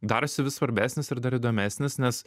darosi vis svarbesnis ir dar įdomesnis nes